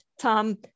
Tom